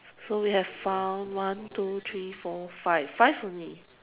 so we have found one two three four five five only